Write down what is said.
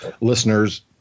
listeners